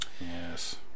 Yes